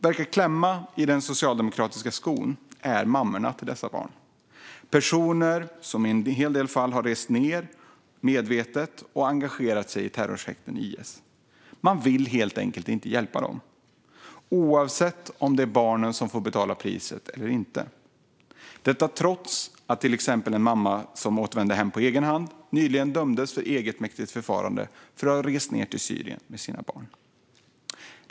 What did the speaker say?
Där den socialdemokratiska skon verkar klämma är i fråga om mammorna till dessa barn. Det är personer som i en hel del fall medvetet har rest ned och engagerat sig i terrorsekten IS. Man vill helt enkelt inte hjälpa dem, oavsett om barnen får betala priset eller inte. Detta trots att en mamma som återvände hem på egen hand nyligen dömdes för egenmäktigt förfarande för att ha rest till Syrien med sina barn.